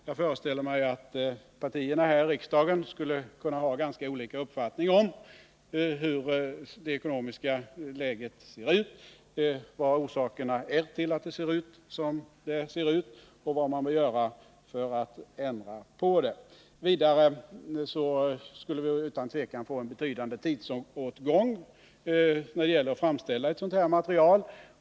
Jag föreställer mig att partierna här i riksdagen skulle kunna ha ganska skilda uppfattningar om hur det ekonomiska läget ser ut, vad orsakerna är till att det ser ut som det gör och vad man bör göra för att ändra på det. Vidare skulle vi utan tvivel få en betydande tidsåtgång för att framställa ett sådant här material.